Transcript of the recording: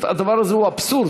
הדבר הזה הוא פשוט אבסורד.